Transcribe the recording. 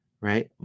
right